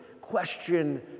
question